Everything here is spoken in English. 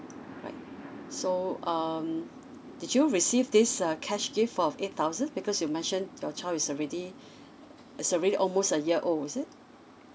right so um did you receive this uh cash gift of eight thousand because you mentioned your child is already is already almost a year old is it